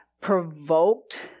provoked